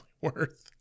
worth